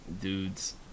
dudes